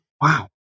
Wow